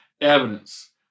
evidence